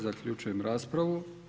Zaključujem raspravu.